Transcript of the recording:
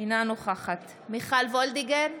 אינה נוכחת מיכל וולדיגר,